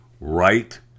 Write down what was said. right